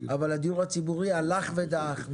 אבל הדיור הציבורי הלך ודעך,